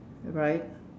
right